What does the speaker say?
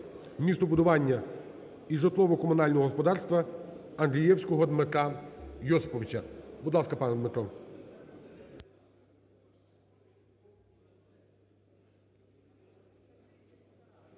містобудування і житлово-комунального господарства Андрієвського Дмитра Йосиповича. Будь ласка, пане Дмитро.